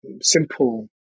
simple